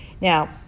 Now